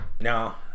now